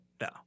No